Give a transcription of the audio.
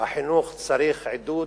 "החינוך צריך עידוד,